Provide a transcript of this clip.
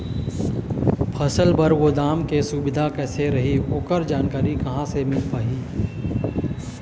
फसल बर गोदाम के सुविधा कैसे रही ओकर जानकारी कहा से मिल पाही?